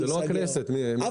זה לא הכנסת, מיכאל.